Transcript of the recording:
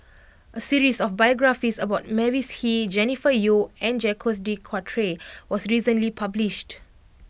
a series of biographies about Mavis Hee Jennifer Yeo and Jacques de Coutre was recently published